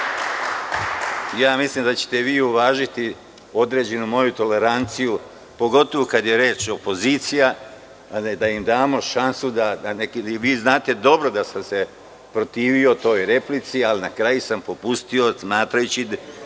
Mislim da ćete vi uvažiti moju određenu toleranciju, pogotovo kada je reč o opoziciji, da im damo šansu. Znate dobro da sam se protivio toj replici, ali na kraju sam popustio, smatrajući